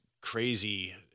crazy